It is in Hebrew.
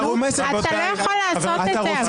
--- אתה לא יכול לעשות את זה.